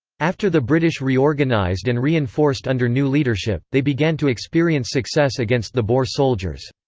after the british reorganised and reinforced under new leadership, they began to experience success against the boer soldiers.